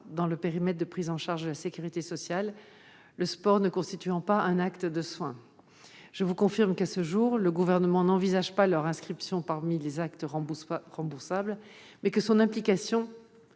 dans le périmètre de prise en charge de la sécurité sociale, le sport ne constituant pas un acte de soin. Je vous confirme qu'à ce jour le Gouvernement n'envisage pas leur inscription parmi les actes remboursables, mais son implication